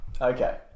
okay